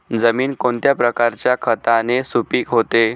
जमीन कोणत्या प्रकारच्या खताने सुपिक होते?